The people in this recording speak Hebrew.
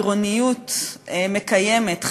עירוניות מקיימת,